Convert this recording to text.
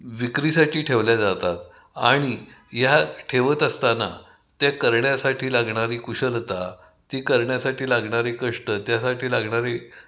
विक्रीसाठी ठेवल्या जातात आणि ह्या ठेवत असताना त्या करण्यासाठी लागणारी कुशलता ती करण्यासाठी लागणारी कष्ट त्यासाठी लागणारी